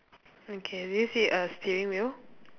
okay do you see a steering wheel